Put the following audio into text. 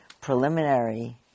preliminary